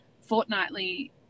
fortnightly